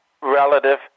relative